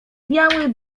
biały